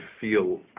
feel